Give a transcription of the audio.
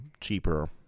cheaper